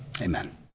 Amen